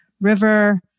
River